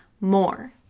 more